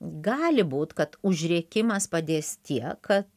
gali būt kad užrėkimas padės tiek kad